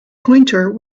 pointer